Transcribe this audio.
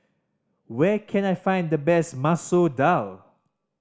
where can I find the best Masoor Dal